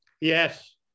Yes